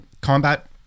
Combat